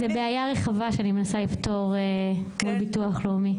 זו בעיה רחבה שאני מנסה לפתור מול ביטוח לאומי.